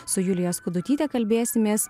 su julija skudutyte kalbėsimės